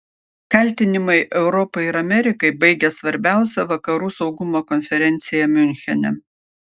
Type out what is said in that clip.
kaltinimai europai ir amerikai baigia svarbiausią vakarų saugumo konferenciją miunchene